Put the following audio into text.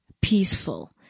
peaceful